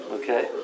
Okay